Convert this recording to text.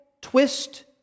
twist